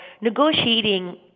negotiating